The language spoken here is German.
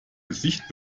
gesicht